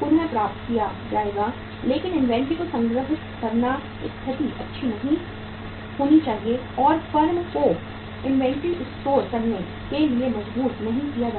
पुनर्प्राप्त किया जाएगा लेकिन इन्वेंट्री को संग्रहीत करना स्थिति नहीं होनी चाहिए और फर्म को इन्वेंट्री स्टोर करने के लिए मजबूर नहीं किया जाना चाहिए